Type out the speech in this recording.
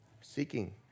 seeking